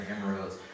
Emeralds